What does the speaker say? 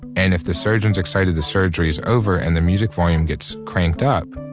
and if the surgeon is excited the surgery is over and the music volume gets cranked up,